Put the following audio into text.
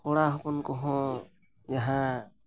ᱠᱚᱲᱟ ᱦᱚᱯᱚᱱ ᱠᱚᱦᱚᱸ ᱡᱟᱦᱟᱸ